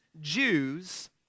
Jews